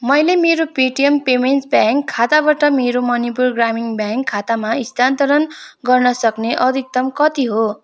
मैले मेरो Paytm payment bank खाताबाट मेरो मणिपुर ग्रामीण ब्याङ्क खातामा स्थानान्तरण गर्न सक्ने अधिकतम कति हो